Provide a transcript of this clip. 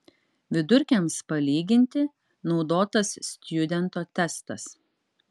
vidurkiams palyginti naudotas stjudento testas